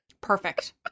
Perfect